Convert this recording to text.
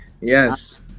Yes